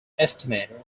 estimator